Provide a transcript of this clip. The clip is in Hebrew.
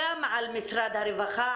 גם על משרד הרווחה,